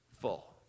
full